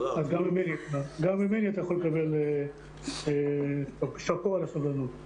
גם ממני אתה יכול לקבל שאפו על הסבלנות.